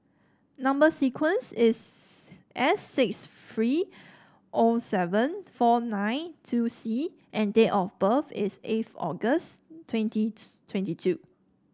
number sequence is S six three O seven four nine two C and date of birth is eighth August twenty twenty two